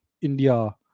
India